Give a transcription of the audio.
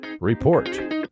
Report